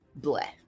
bleh